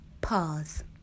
Pause